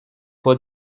pas